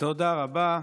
תודה רבה.